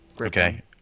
Okay